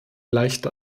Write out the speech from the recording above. leichte